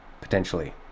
potentially